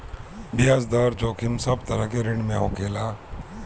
बियाज दर जोखिम सब तरह के ऋण में होखेला